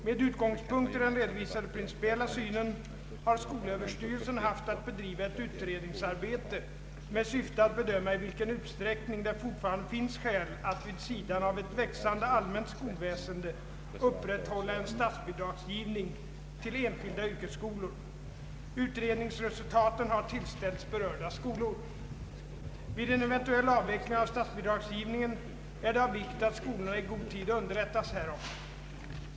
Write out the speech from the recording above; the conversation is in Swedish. Med utgångspunkt i den redovisade principiella synen har skolöverstyrelsen haft att bedriva ett utredningsarbete med syfte att bedöma i vilken utsträckning det fortfarande finns skäl att, vid sidan av ett växande allmänt skolväsende, upprätthålla en statsbidragsgivning till enskilda yrkesskolor. Utredningsresultaten har tillställts berörda skolor. Vid en eventuell avveckling av statsbidragsgivningen är det av vikt att skolorna i god tid underrättas härom.